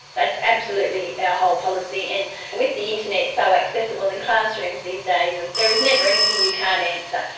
that's absolutely our whole policy. and with the internet so accessible in classrooms these days, and there is never anything you can't answer.